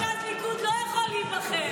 שחבר מרכז ליכוד לא יכול להיבחר.